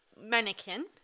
mannequin